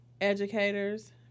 Educators